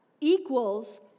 equals